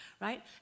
right